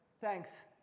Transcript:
Thanks